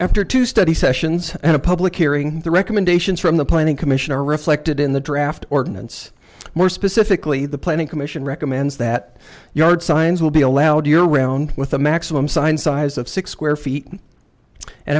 after two study sessions and a public hearing the recommendations from the planning commission are reflected in the draft ordinance more specifically the planning commission recommends that yard signs will be allowed your round with a maximum signed size of six square feet and